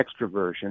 extroversion